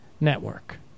network